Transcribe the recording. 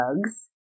bugs